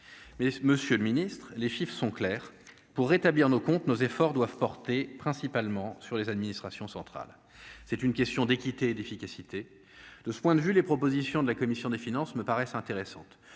mais Monsieur le Ministre, les filles sont clairs pour rétablir nos comptes, nos efforts doivent porter principalement sur les administrations centrales, c'est une question d'équité et d'efficacité, de ce point de vue, les propositions de la commission des finances, me paraissent intéressantes,